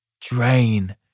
Drain